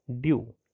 due